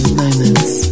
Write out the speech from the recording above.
moments